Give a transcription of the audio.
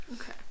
Okay